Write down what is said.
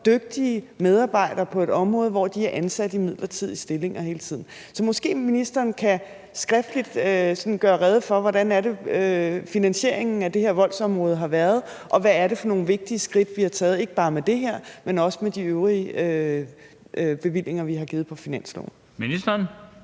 dygtige medarbejdere på et område, hvor de er ansat i midlertidige stillinger hele tiden. Så måske ministeren skriftligt kan gøre rede for, hvordan finansieringen af det her voldsområde har været, og hvad det er for nogle vigtige skridt, vi har taget, ikke bare med det her, men også med de øvrige bevillinger, vi har givet på finansloven. Kl.